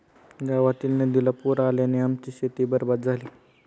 गावातील नदीला पूर आल्याने आमची शेती बरबाद झाली